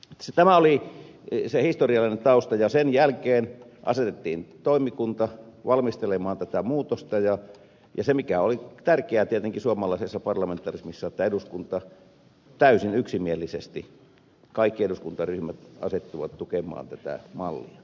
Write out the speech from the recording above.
tämä oli se historiallinen tausta ja sen jälkeen asetettiin toimikunta valmistelemaan tätä muutosta ja oli tärkeää tietenkin suomalaisessa parlamentarismissa että eduskunta täysin yksimielisesti kaikki eduskuntaryhmät asettuivat tukemaan tätä mallia